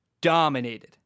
dominated